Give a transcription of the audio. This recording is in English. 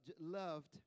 loved